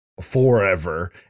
Forever